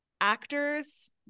actors